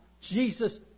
Jesus